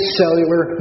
cellular